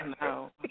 No